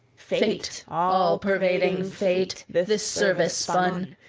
fate, all-pervading fate, this service spun,